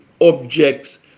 objects